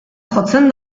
jotzen